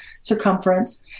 circumference